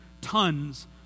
tons